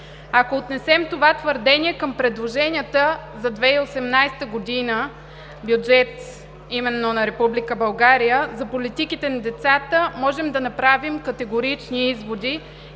Ако отнесем това твърдение към предложенията за 2018 г. – бюджет именно на Република България за политиките на децата, можем да направим категорични изводи